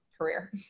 career